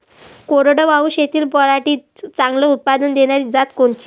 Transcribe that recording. कोरडवाहू शेतीत पराटीचं चांगलं उत्पादन देनारी जात कोनची?